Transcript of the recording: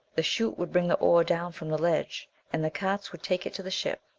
the chute would bring the ore down from the ledge, and the carts would take it to the ship.